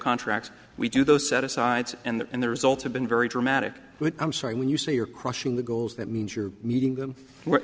contracts we do those set asides and the results have been very dramatic but i'm sorry when you say you're crushing the goals that means you're meeting them we're